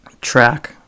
track